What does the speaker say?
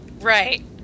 Right